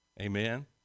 amen